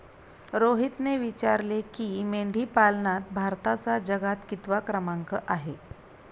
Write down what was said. रोहितने विचारले की, मेंढीपालनात भारताचा जगात कितवा क्रमांक आहे?